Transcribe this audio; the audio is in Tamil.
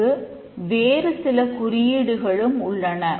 இங்கு வேறு சில குறியீடுகளும் உள்ளன